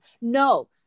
No